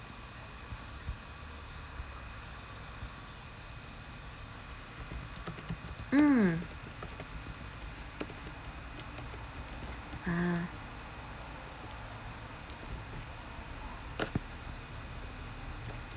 mm ah